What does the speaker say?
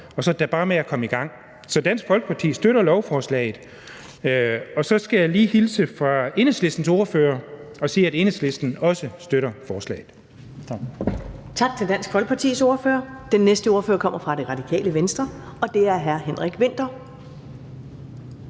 og så er det da bare med at komme i gang. Så Dansk Folkeparti støtter lovforslaget. Og så skal jeg lige hilse fra Enhedslistens ordfører og sige, at Enhedslisten også støtter forslaget. Kl. 10:06 Første næstformand (Karen Ellemann): Tak til Dansk Folkepartis ordfører. Den næste ordfører kommer fra Radikale Venstre, og det er hr. Henrik Vinther.